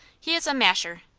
he is a masher.